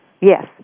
Yes